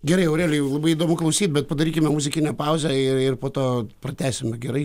gerai aurelijau labai įdomu klausyt bet padarykime muzikinę pauzę ir ir po to pratęsime gerai